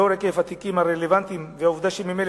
לאור היקף התיקים הרלוונטיים והעובדה שממילא